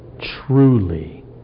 truly